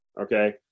Okay